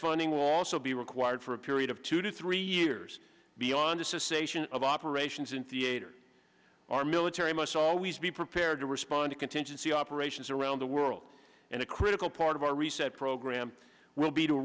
funding will also be required for a period of two to three years beyond association of operations in theater our military must always be prepared to respond to contingency operations around the world and a critical part of our reset program will be to